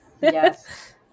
yes